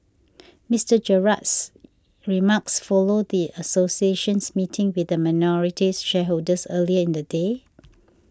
Mister Gerald's remarks followed the association's meeting with minority shareholders earlier in the day